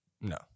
no